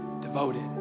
devoted